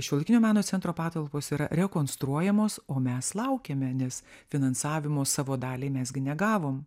šiuolaikinio meno centro patalpos yra rekonstruojamos o mes laukiame nes finansavimo savo daliai mes gi negavom